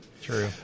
True